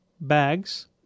Bags